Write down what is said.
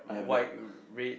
white red